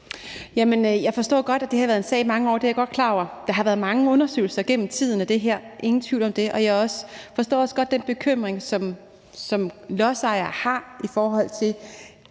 Jeg forstår godt, at det har været en sag i mange år. Det er jeg godt klar over. Der har været mange undersøgelser gennem tiden af det her, ingen tvivl om det. Og jeg forstår også godt den bekymring, som lodsejere har i forhold til